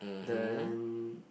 then